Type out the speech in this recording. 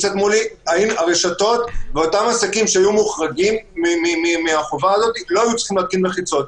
הרשתות ואותם עסקים שהיו מוחרגים לא היו צריכים להקים מחיצות.